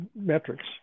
metrics